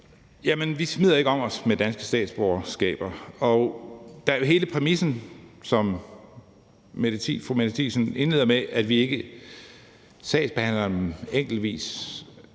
Vi smider ikke om os med danske statsborgerskaber. Og hele præmissen, som fru Mette Thiesen indleder med, om, at vi ikke sagsbehandler enkeltvis,